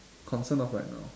concerned of right now